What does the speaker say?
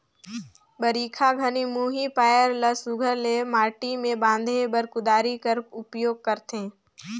बरिखा घनी मुही पाएर ल सुग्घर ले माटी मे बांधे बर कुदारी कर उपियोग करथे